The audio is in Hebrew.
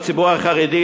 הציבור החרדי,